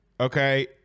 okay